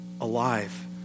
alive